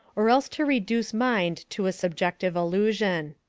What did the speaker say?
or else to reduce mind to a subjective illusion.